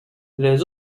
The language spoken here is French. les